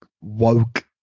woke